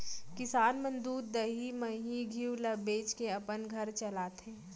किसान मन दूद, दही, मही, घींव ल बेचके अपन घर चलाथें